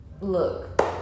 look